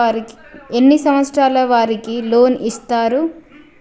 ఎన్ని సంవత్సరాల వారికి లోన్ ఇస్తరు?